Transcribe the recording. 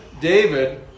David